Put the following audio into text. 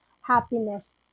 happiness